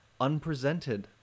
unpresented